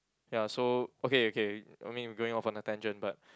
ya so okay okay I mean we're going off on a tangent but